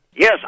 Yes